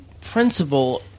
principle